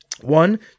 one